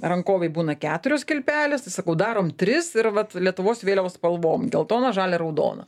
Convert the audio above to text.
rankovėj būna keturios kilpelės tai sakau darom tris ir vat lietuvos vėliavos spalvom geltona žalia raudona